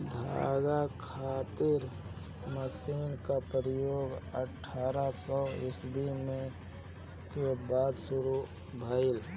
धागा खातिर मशीन क प्रयोग अठारह सौ ईस्वी के बाद शुरू भइल